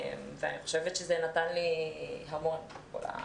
זה נתן לי המון.